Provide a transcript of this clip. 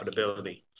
profitability